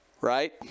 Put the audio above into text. right